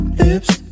lips